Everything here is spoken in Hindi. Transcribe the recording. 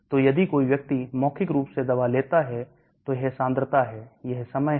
तो यदि कोई व्यक्ति मौखिक रूप से दवा लेता है तो यह सांद्रता है यह समय है